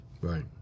right